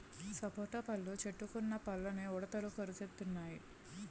సపోటా పళ్ళు చెట్టుకున్న పళ్ళని ఉడతలు కొరికెత్తెన్నయి